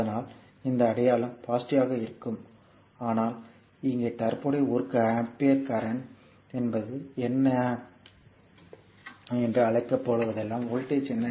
அதனால் இந்த அடையாளம் பாசிட்டிவ்வாக இருக்கும் ஆனால் இங்கே தற்போதையது ஒரு ஆம்பியர் கரண்ட் என்பது என்ன ஆம்பியர் 1 அழைப்பு இப்போது வோல்டேஜ் என்ன